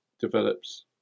develops